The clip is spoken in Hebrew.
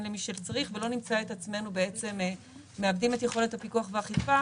למי שצריך ולא נמצא את עצמנו מאבדים את יכולת הפיקוח והאכיפה